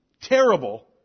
terrible